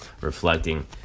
reflecting